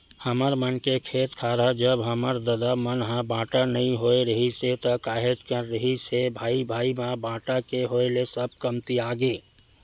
हमर मन के खेत खार ह जब हमर ददा मन ह बाटा नइ होय रिहिस हे ता काहेच कन रिहिस हे भाई भाई म बाटा के होय ले सब कमतियागे